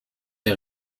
der